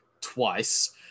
twice